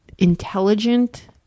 Intelligent